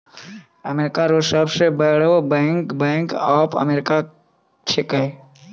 America रो सब से बड़ो बैंक बैंक ऑफ अमेरिका छैकै